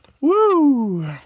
woo